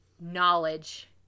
knowledge